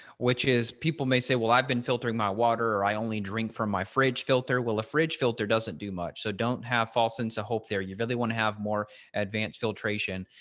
which is people may say, well i've been filtering my water or i only drink from my fridge filter will a fridge filter doesn't do much so don't have false sense of hope there. you really want to have more advanced filtration.